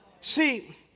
See